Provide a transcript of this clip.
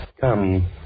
Come